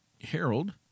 Harold